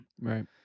right